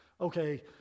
okay